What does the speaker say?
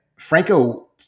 Franco